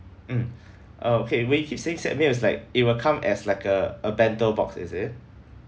mm oh okay when you keep saying set meal it's like it will come as like a a bento box is it